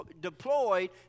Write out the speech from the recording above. deployed